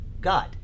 God